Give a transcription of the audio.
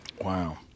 Wow